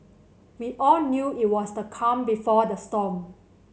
we all knew it was the calm before the storm